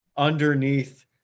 Underneath